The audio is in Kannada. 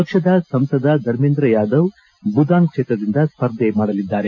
ಪಕ್ಷದ ಸಂಸದ ಧರ್ಮೇಂದ್ರ ಯಾದವ್ ಬುದಾನ್ ಕ್ಷೇತ್ರದಿಂದ ಸ್ಪರ್ಧೆ ಮಾಡಲಿದ್ದಾರೆ